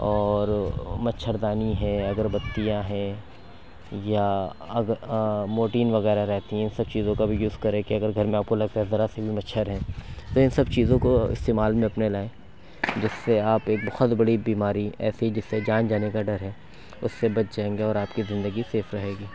اور مچھردانی ہے آگربتیاں ہیں یا اگر مورٹین وغیرہ رہتی ہیں ان سب چیزوں کا بھی یوز کریں کہ گھر میں اگر آپ کو لگتا ہے ذرا سی بھی مچھر ہے تو اِن سب چیزوں کو استعمال میں اپنے لائیں جس سے آپ ایک بہت بڑی بیماری ایسی جس سے جان جانے کا ڈر ہے ُاس سے بچ جائیں گے اور آپ کی زندگی سیف رہے گی